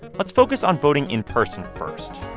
let's focus on voting in person first.